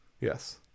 yes